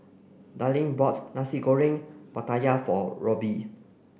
Darleen bought Nasi Goreng Pattaya for Robby